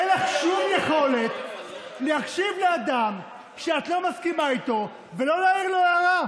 אין לך שום יכולת להקשיב לאדם שאת לא מסכימה איתו ולא להעיר לו הערה.